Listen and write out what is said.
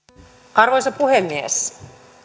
arvoisa puhemies